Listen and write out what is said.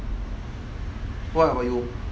what about you